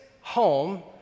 home